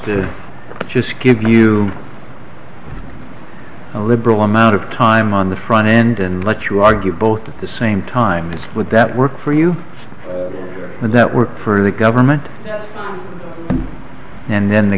to just give you a liberal amount of time on the front end and let you argue both at the same time would that work for you and that were per the government and then the